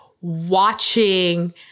watching